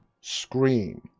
Scream